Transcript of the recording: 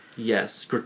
Yes